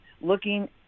looking